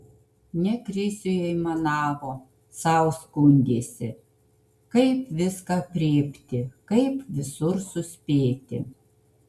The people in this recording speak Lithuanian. ne krisiui aimanavo sau skundėsi kaip viską aprėpti kaip visur suspėti